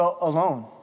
alone